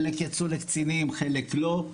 חלק יצאו לקצינים, חלק לא.